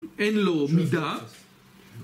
אין לו מידע